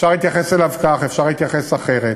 אפשר להתייחס אליו כך, אפשר להתייחס אחרת.